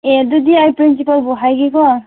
ꯑꯦ ꯑꯗꯨꯗꯤ ꯍꯥꯏꯒꯦꯀꯣ